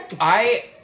I-